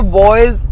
boys